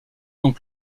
donc